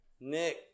Nick